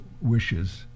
wishes